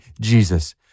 Jesus